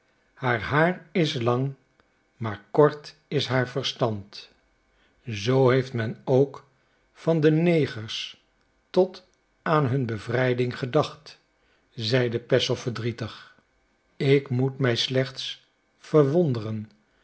haar haar is lang maar kort is haar verstand zoo heeft men ook van de negers tot aan hun bevrijding gedacht zeide peszow verdrietig ik moet mij slechts verwonderen